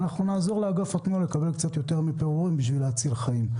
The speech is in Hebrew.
אנחנו נעזור לאגף התנועה לקבל קצת יותר מפירורים בשביל להציל חיים.